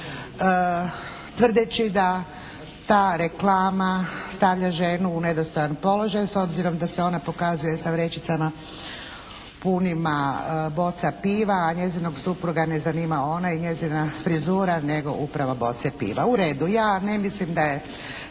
tvrdeći da ta reklama stavlja ženu nedostojan položaj s obzirom da se ona pokazuje sa vrećicama punima boca piva, njezina supruga ne zanima one i njezina frizura nego upravo boce piva. U redu, ja ne mislim da je